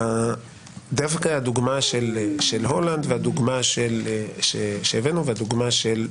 דווקא הדוגמה של הולנד שהבאנו והדוגמה של קנדה.